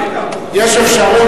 יש אפשרות,